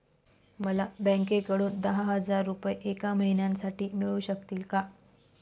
मला बँकेकडून दहा हजार रुपये एक महिन्यांसाठी मिळू शकतील का?